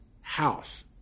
house